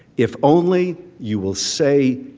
if only you will say,